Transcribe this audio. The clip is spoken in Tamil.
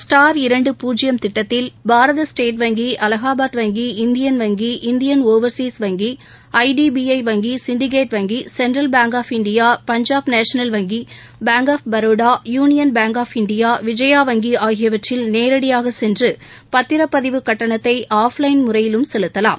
ஸ்டார் இரண்டு பூஜ்யம் திட்டத்தில் பாரத ஸ்டேட் வங்கி அலகாபாத் வங்கி இந்தியன் வங்கி இந்தியன் ஓவர்சீஸ் வங்கி ஐடிபிஐ வங்கி சிண்டிகேட் வங்கி central bank of India Punjab national வங்கி bank of Baroda union bank of India Vijaya வங்கி ஆகியவற்றில் நேரடியாக சென்று பத்திரப்பதிவு கட்டணத்தை ஆப்லைன் முறையிலும் செலுத்தலாம்